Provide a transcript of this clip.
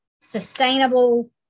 sustainable